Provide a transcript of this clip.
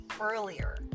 earlier